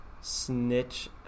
Snitch